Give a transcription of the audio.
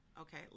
Okay